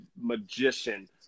magician